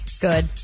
Good